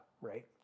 right